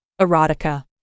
erotica